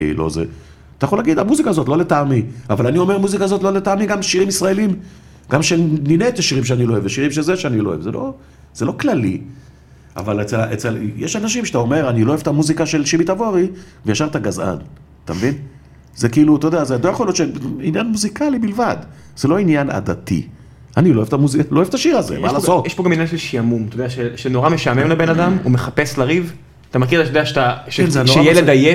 אתה יכול להגיד המוזיקה הזאת לא לטעמי, אבל אני אומר המוזיקה הזאת לא לטעמי גם שירים ישראלים, גם של נינט יש שירים שאני לא אוהב יש שירים… שזה שאני לא אוהב. זה לא כללי. אבל אצל אצל… יש אנשים שאתה אומר אני לא אוהב את המוזיקה של שימי תבורי, וישר אתה גזען. אתה מבין? זה כאילו, אתה יודע, זה לא יכול להיות עניין מוזיקלי בלבד. זה לא עניין עדתי. אני לא אוהב את המוזי.. אני לא אוהב את השיר הזה, מה לעשות? יש פה גם עניין של שיעמום, אתה יודע, שנורא משעמם לבן אדם, הוא מחפש לריב. אתה מכיר, אתה יודע, שילד עייף